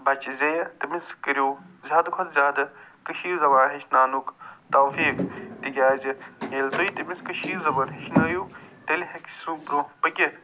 بچہٕ زیٚیہِ تٔمِس کٔرِو زیادٕ کھۄت زیادٕ کٔشیٖر زبان ہیٚچھناونُک توفیٖق تِکیٛازِ ییٚلہِ تُہۍ تٔمِس کٔشیٖر زبان ہیٚچھنٲیِو تیٚلہِ ہٮ۪کہِ سُہ برٛونٛہہ پٔکِتھ